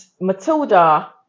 Matilda